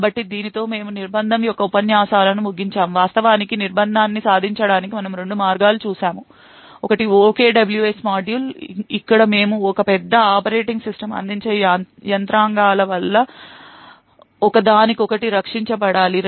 కాబట్టి దీనితో మేము నిర్బంధం యొక్క ఉపన్యాసాలను ముగించాము వాస్తవానికి నిర్బంధాన్ని సాధించడానికి మనము రెండు మార్గాలు చూసాము ఒకటి OKWS మాడ్యూల్ ఇక్కడ మేము ఒక పెద్ద అనువర్తనాన్ని అనేక చిన్న ప్రక్రియలుగా విభజించాము మరియు ప్రతి ప్రక్రియను ఆపరేటింగ్ సిస్టమ్ అందించే యంత్రాంగాల వల్ల ఒకదానికొకటి రక్షించబడాలి